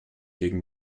gegen